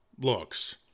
looks